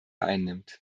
einnimmt